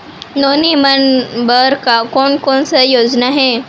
नोनी मन बर कोन कोन स योजना हे?